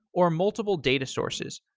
or multiple data sources.